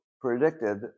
predicted